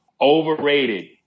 overrated